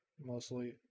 mostly